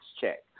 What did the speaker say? check